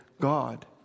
God